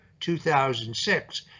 2006